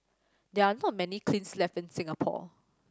there are not many kilns left in Singapore